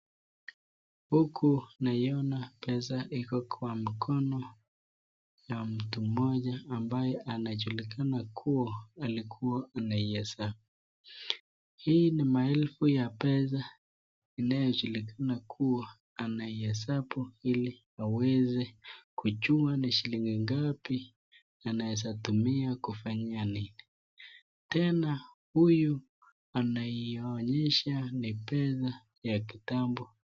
Huku naiona pesa ambayo iko kwa mkono ya mtu mmoja ambaye anajulikana kuwa alikuwa anaihesabu. Hii ni maelfu ya pesa inayojulikana kuwa anaihesabu ili aweze kujua ni shilingi ngapi anaweza tumia kufanyia nini, tena huyu anayeonyesha ni pesa ya kitambo.